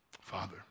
Father